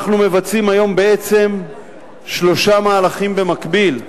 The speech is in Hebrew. אנחנו מבצעים היום בעצם שלושה מהלכים במקביל,